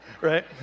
Right